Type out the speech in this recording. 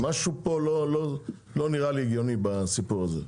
משהו פה לא נראה לי הגיוני בסיפור הזה.